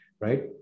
right